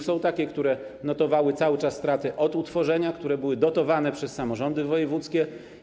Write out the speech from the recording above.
Są takie, które notowały cały czas straty od utworzenia, które były dotowane przez samorządy wojewódzkie.